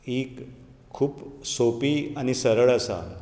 ही खूब सोपी आनी सरळ आसा